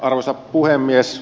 arvoisa puhemies